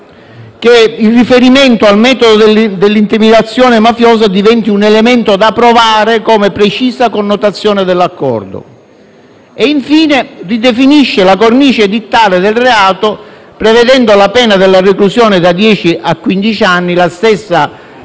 che il riferimento al metodo dell'intimidazione mafiosa diventi un elemento da provare come precisa connotazione dell'accordo. Infine, ridefinisce la cornice edittale del reato, prevedendo la pena della reclusione da dieci a quindici anni, la stessa stabilita